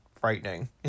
frightening